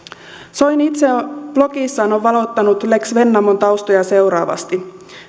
soini on itse blogissaan valottanut lex vennamon taustoja seuraavasti